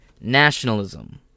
nationalism